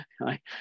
right